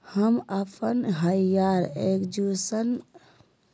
हम अप्पन higher education लेबे ला स्टूडेंट लोन लेबे के योग्य हियै की नय?